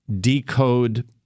decode